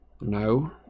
No